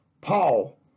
Paul